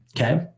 okay